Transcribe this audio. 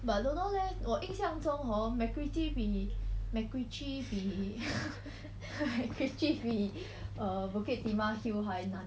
but I don't know leh 我印象中 hor macritchie 比 macritchie 比 macritchie 比 err bukit timah hill 还难